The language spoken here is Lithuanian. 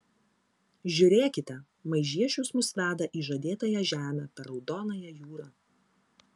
žiūrėkite maižiešius mus veda į žadėtąją žemę per raudonąją jūrą